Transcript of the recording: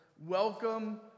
Welcome